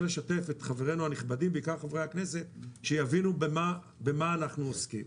לשתף את חברינו הנכבדים בכך חברי הכנסת שיבינו במה אנחנו עוסקים,